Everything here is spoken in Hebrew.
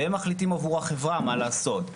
והם מחליטים עבור החברה מה לעשות.